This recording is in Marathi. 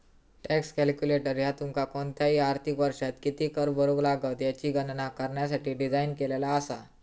टॅक्स कॅल्क्युलेटर ह्या तुमका कोणताही आर्थिक वर्षात किती कर भरुक लागात याची गणना करण्यासाठी डिझाइन केलेला असा